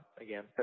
again